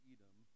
Edom